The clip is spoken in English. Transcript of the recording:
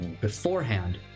beforehand